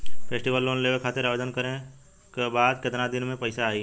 Festival loan लेवे खातिर आवेदन करे क बाद केतना दिन म पइसा आई?